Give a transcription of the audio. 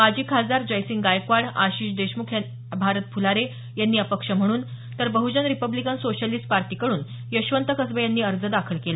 माजी खासदार जयसिंग गायकवाड आशिष देशमुख भारत फुलारे यांनी अपक्ष म्हणून तर बहुजन रिपब्लिकन सोशॅलिस्ट पार्टीकडून यशवंत कसबे यांनी अर्ज दाखल केला